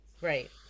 Right